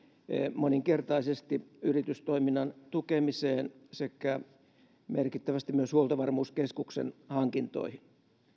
moninkertaisesti yritystoiminnan tukemiseen sekä merkittävästi myös huoltovarmuuskeskuksen hankintoihin